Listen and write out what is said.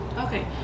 Okay